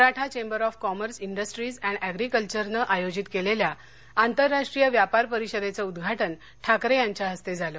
Maratha chamber of commerce industries and ऍप्रीकल्चरनं आयोजित केलेल्या आंतर राष्ट्रीय व्यापार परिषदेचं उदघाटन ठाकरे यांच्या हस्ते झालं